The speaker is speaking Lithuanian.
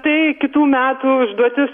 tai kitų metų užduotis